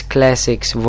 Classics